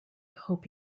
hope